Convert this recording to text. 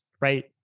right